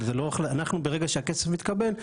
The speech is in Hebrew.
אבל אנחנו ברגע שהכסף מתקבל,